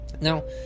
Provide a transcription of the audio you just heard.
Now